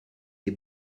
des